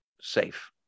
safe